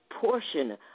portion